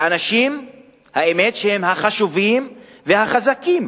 לאנשים שהאמת, הם החשובים והחזקים.